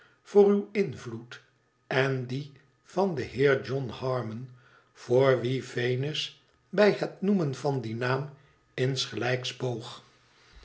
voor uw invloed en dien van den heer john harmon voor wien venus bij het noemen van dien naam insgelijks boog